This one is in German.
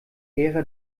ära